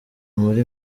muri